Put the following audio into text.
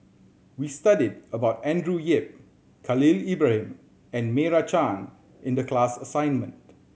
we studied about Andrew Yip Khalil Ibrahim and Meira Chand in the class assignment